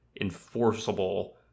enforceable